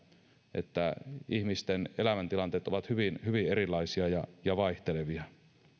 että ihmisten elämäntilanteet ovat hyvin hyvin erilaisia ja ja vaihtelevia